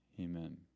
Amen